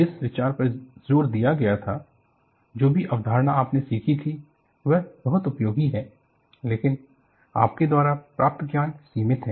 जिस विचार पर जोर दिया गया था जो भी अवधारणा आपने सीखी थी वह बहुत उपयोगी है लेकिन आपके द्वारा प्राप्त ज्ञान सीमित है